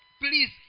Please